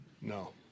No